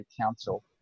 council